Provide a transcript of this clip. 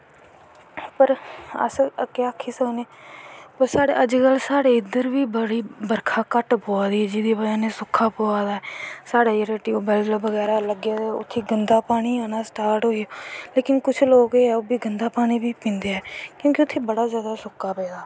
और अस केह् आक्खी सकनें साढ़े इत्थें बी अज्ज कल बर्खा बड़ी घट्ट पवा दी ऐ जेह्दी बज़ाह् नै सुक्का पवा दा ऐ जित्थें टयुवैल्ल बगैरा लग्गे दे उत्थें गंदा पानी आनां स्टार्ट होइया लेकिन कुछ लोग गंदा पानी बी पींदे ऐं क्यों कि उत्थें बड़ा जादा सोका पेदा